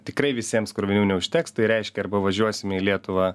tikrai visiems krovinių neužteks tai reiškia arba važiuosime į lietuvą